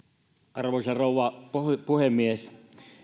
arvoisa rouva puhemies